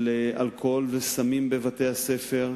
של אלכוהול וסמים בבתי-הספר.